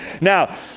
Now